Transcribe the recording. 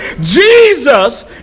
Jesus